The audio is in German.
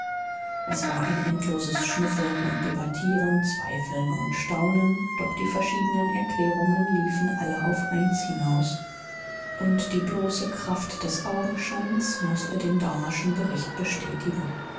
es war ein endloses schnüffeln und debattieren zweifeln und staunen doch die verschiedenen erklärungen liefen alle auf eins hinaus und die bloße kraft des augenscheins mußte den daumerschen bericht bestätigen